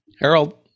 Harold